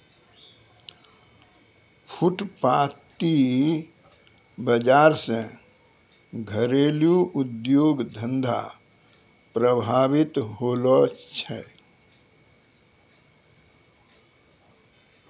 फुटपाटी बाजार से घरेलू उद्योग धंधा प्रभावित होलो छै